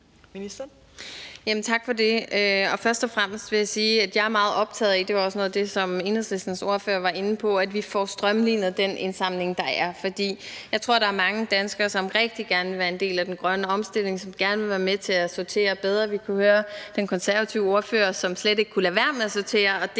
af det, som Enhedslistens ordfører var inde på – at vi får strømlinet den indsamling, der er. For jeg tror, der er mange danskere, som rigtig gerne vil være en del af den grønne omstilling, og som gerne vil være med til at sortere bedre. Vi kunne også høre den konservative ordfører, som slet ikke kunne lade være med at sortere,